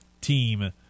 team